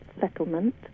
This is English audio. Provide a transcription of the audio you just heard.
settlement